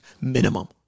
minimum